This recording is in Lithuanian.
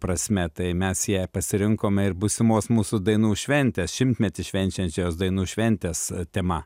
prasme tai mes ją pasirinkome ir būsimos mūsų dainų šventės šimtmetį švenčiančios dainų šventės tema